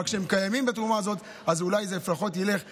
אבל כשהם קיימים בתרומה הזאת אז אולי זה לפחות ילך למוסדות,